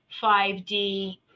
5D